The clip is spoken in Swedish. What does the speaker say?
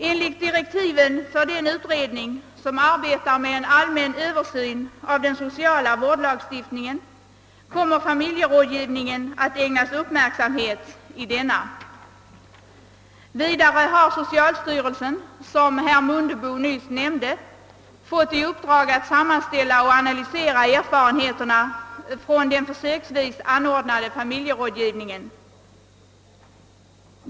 Enligt direktiven för den utredning som arbetar med en allmän översyn av den sociala vårdlagstiftningen kommer familjerådgivningen att ägnas uppmärksamhet i utredningen. Vidare har socialstyrelsen, som herr Mundebo nyss nämnde, fått i uppdrag att sammanställa och analysera erfarenheterna från den försöksvis anordnade familjerådgivningen.